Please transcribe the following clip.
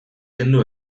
kendu